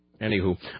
Anywho